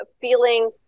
feeling